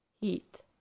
heat